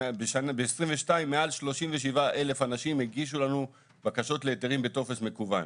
ב-2022 מעל 37,000 אנשים הגישו לנו בקשות להיתרים בטופס מקוון.